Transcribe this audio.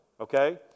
Okay